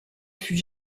fut